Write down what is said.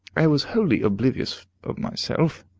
i was wholly oblivious of myself,